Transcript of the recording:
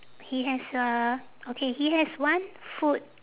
he has a okay he has one foot